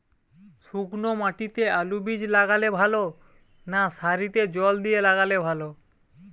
শুক্নো মাটিতে আলুবীজ লাগালে ভালো না সারিতে জল দিয়ে লাগালে ভালো?